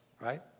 right